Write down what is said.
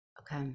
Okay